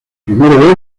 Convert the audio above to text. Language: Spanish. primero